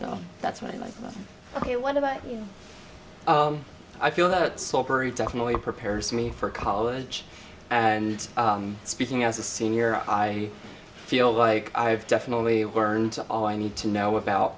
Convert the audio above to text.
so that's what i like ok what about you know i feel that definitely prepares me for college and speaking as a senior i feel like i've definitely learned all i need to know about